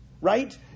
right